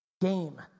game